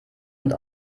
und